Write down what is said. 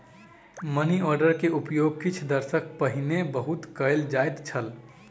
money order के उपयोग किछ दशक पहिने बहुत कयल जाइत छल